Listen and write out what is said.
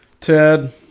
Ted